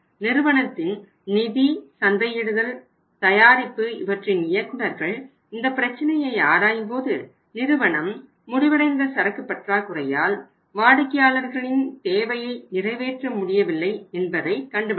நிறுவனத்தின் நிதி சந்தையிடுதல் தயாரிப்பு இவற்றின் இயக்குனர்கள் இந்த பிரச்சினையை ஆராயும்போது நிறுவனம் முடிவடைந்த சரக்கு பற்றாக்குறையால் வாடிக்கையாளர்களின் தேவையை நிறைவேற்ற முடியவில்லை என்பதை கண்டுபிடித்தனர்